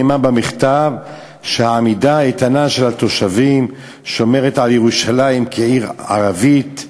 נאמר במכתב שהעמידה האיתנה של התושבים שומרת על ירושלים כעיר ערבית,